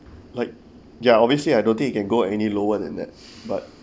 like ya obviously I don't think you can go any lower than that but